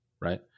right